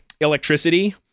electricity